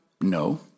No